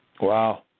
Wow